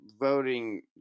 voting